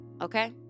Okay